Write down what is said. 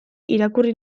irakurri